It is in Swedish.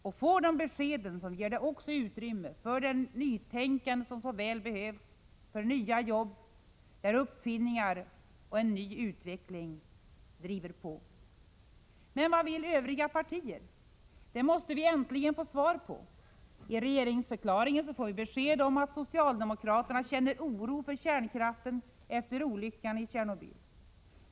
Då ges också utrymme för det nytänkande som så väl behövs, för uppfinningar, en ny utveckling och därmed nya jobb. Men vad vill övriga partier? Det måste vi äntligen få svar på. I regeringsförklaringen får vi besked om att socialdemokraterna känner oro för kärnkraften efter olyckan i Tjernobyl.